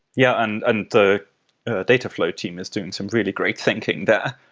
yeah. and and the dataflow team is doing some really great thinking there,